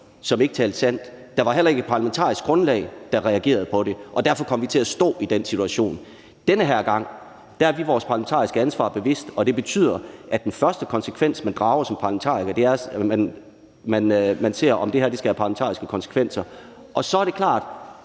som ikke talte sandt, og der var heller ikke et parlamentarisk grundlag, der reagerede på det. Derfor kom vi til at stå i den situation. Den her gang er vi vores parlamentariske ansvar bevidst, og det betyder, at det første, man gør som parlamentariker, er, at man ser på, om det her skal have parlamentariske konsekvenser. Så er det klart,